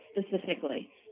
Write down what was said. specifically